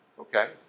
Okay